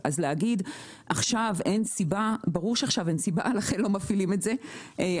ברור שעכשיו אין סיבה להפעיל את החוק,